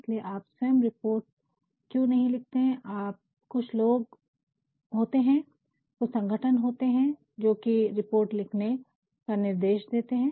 इसलिए आप स्वयं रिपोर्ट क्यों नहीं लिखते है कुछ लोग होतेहै कुछ संगठन होते है जो आपको रिपोर्ट लिखने का निर्देश देते है